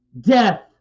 Death